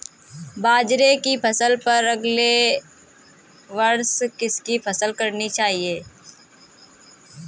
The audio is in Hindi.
बाजरे की फसल पर अगले वर्ष किसकी फसल करनी चाहिए?